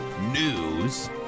News